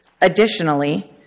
Additionally